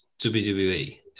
WWE